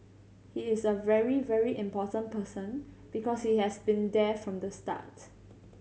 he is a very very important person because he has been there from the start